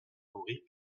nourris